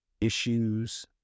issues